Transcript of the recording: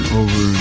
over